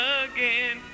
again